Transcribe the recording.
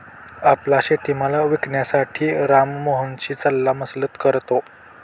आपला शेतीमाल विकण्यासाठी राम मोहनशी सल्लामसलत करतो